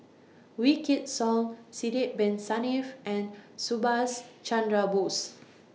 Wykidd Song Sidek Bin Saniff and Subhas Chandra Bose